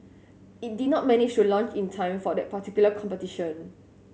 it did not manage to launch in time for that particular competition